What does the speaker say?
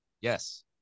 Yes